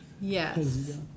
Yes